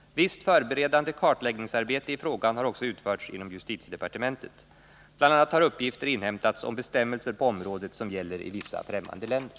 Visst förberedande kartläggningsarbete i frågan har också utförts inom justitiedepartementet. Bl. a. har uppgifter inhämtats om de bestämmelser på området som gäller i vissa främmande länder.